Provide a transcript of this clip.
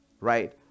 Right